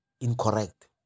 incorrect